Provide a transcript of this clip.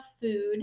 food